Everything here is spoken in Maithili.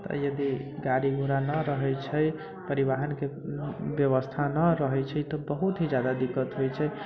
तऽ यदि गाड़ी घोड़ा नहि रहै छै परिवहनके व्यवस्था नहि रहै छै तऽ बहुत ही जादा दिक्कत होइ छै